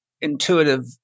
Intuitive